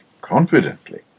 confidently